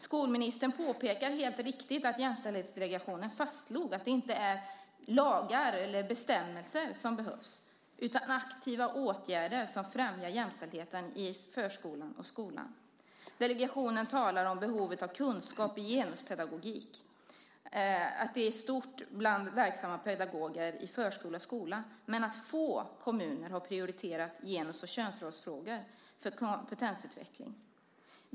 Skolministern påpekar helt riktigt att Jämställdsdelegationen fastslog att det inte är lagar eller bestämmelser som behövs utan aktiva åtgärder som främjar jämställdheten i förskolan och skolan. Delegationen talar om att behovet av kunskap i genuspedagogik är stort bland verksamma pedagoger i förskola och skola, men att få kommuner har prioriterat genus och könsrollsfrågor för kompetensutveckling.